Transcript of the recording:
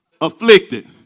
Afflicted